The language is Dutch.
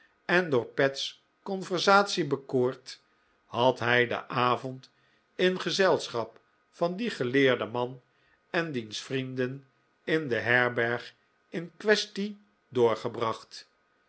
en door pet's conversatie bekoord had hij den avond in gezelschap van dien geleerden man en diens vrienden in de herberg in quaestie doorgebracht